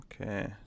okay